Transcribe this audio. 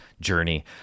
journey